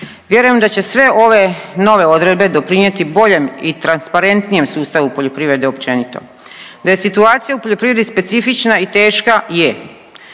Vjerujem da će sve ove nove odredbe doprinjeti boljem i transparentnijem sustavu poljoprivrede općenito, da je situacija u poljoprivredi specifična i teška, je.